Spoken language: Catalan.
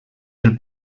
del